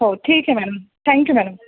हो ठीक आहे मॅनम थॅंक्यू मॅनम